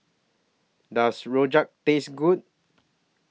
Does Rojak Taste Good